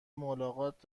ملاقات